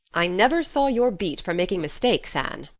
i never saw your beat for making mistakes, anne.